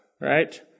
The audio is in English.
right